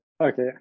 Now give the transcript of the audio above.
Okay